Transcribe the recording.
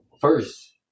first